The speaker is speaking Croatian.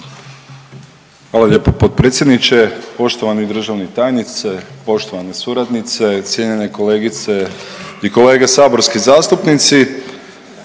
Hvala lijepo potpredsjedniče. Poštovani državni tajniče, poštovane suradnice, cijenjene kolegice i kolege saborski zastupnici,